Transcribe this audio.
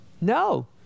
No